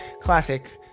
classic